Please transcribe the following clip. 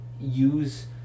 use